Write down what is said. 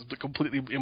completely